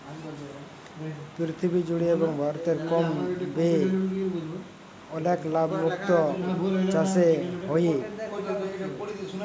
পীরথিবী জুড়ে এবং ভারতে কম ব্যয়ে অলেক লাভ মুক্ত চাসে হ্যয়ে